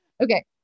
Okay